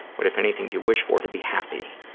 what, if anything, do you wish for? to be happy.